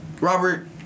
Robert